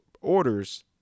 orders